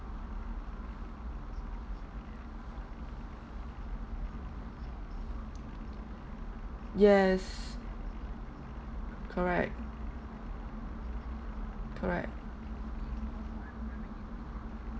yes correct correct